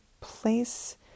place